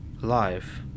life